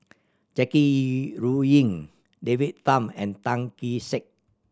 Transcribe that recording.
Jackie Yi Ru Ying David Tham and Tan Kee Sek